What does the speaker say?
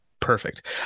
perfect